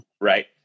Right